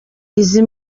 izi